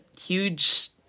huge